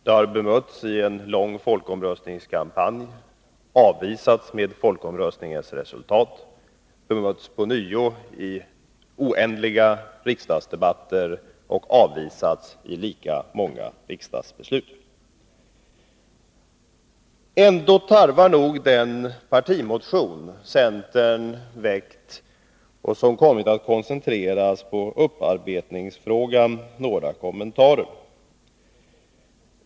De har bemötts i en lång folkomröstningskampanj, avvisats med folkomröstningens resultat, bemötts ånyo i oändliga riksdagsdebatter och avvisats i lika många riksdagsbeslut. Den partimotion som centern väckt och som kommit att koncentreras på upparbetningsfrågan tarvar emellertid några kommentarer.